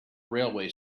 railway